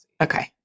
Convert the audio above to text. Okay